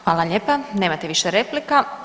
Hvala lijepo, nemate više replika.